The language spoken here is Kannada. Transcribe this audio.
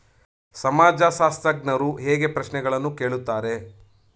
ಸಮಾಜಶಾಸ್ತ್ರಜ್ಞರು ಹೇಗೆ ಪ್ರಶ್ನೆಗಳನ್ನು ಕೇಳುತ್ತಾರೆ?